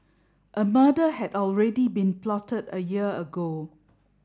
a murder had already been plotted a year ago